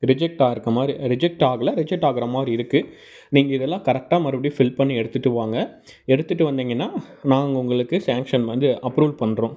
reject ஆயிருக்கற மாதிரி reject ஆகலை ரிஜெக்ட் ஆகிற மாதிரி இருக்குது நீங்கள் இதெல்லாம் கரெக்டாக மறுபடியும் ஃபில் பண்ணி எடுத்துகிட்டு வாங்க எடுத்துகிட்டு வந்தீங்கன்னால் நாங்கள் உங்களுக்கு சேங்ஷன் வந்து அப்ரூல் பண்ணுறோம்